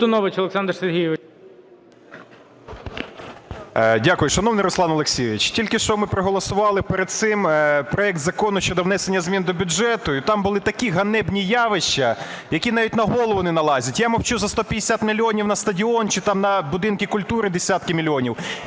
Дякую. Шановний Руслане Олексійовичу, тільки що ми проголосували перед цим проект Закону щодо внесення змін до бюджету, і там були такі ганебні явища, які навіть на голову не налазять. Я мовчу за 150 мільйонів на стадіон чи там на будинки культури десятки мільйонів.